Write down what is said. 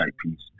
piece